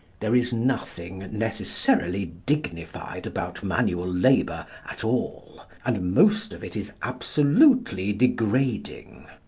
there is nothing necessarily dignified about manual labour at all, and most of it is absolutely degrading.